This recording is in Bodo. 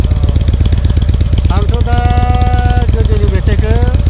अ आंथ' दा गोदोनि मेथाइखौ